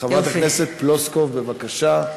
חברת הכנסת פלוסקוב, בבקשה.